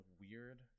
weird